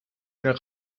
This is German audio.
der